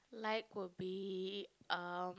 like will be um